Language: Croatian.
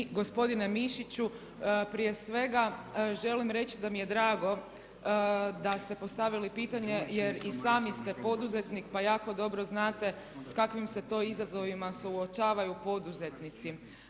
Poštovani gospodine Mišiću prije svega želim reći da mi je drago da ste postavili pitanje jer i sami ste poduzetnik, pa jako dobro znate sa kakvim se to izazovima suočavaju poduzetnici.